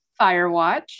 Firewatch